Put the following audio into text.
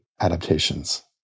adaptations